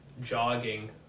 jogging